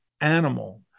animal